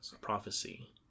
Prophecy